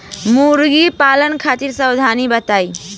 मुर्गी पालन खातिर सावधानी बताई?